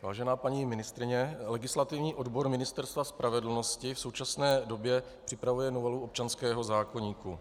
Vážená paní ministryně, legislativní odbor Ministerstva spravedlnosti v současné době připravuje novelu občanského zákoníku.